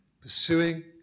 Pursuing